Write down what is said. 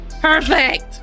Perfect